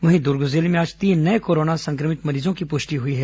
वहीं दर्ग जिले में आज तीन नये कोरोना संक्रमित मरीजों की पुष्टि हुई है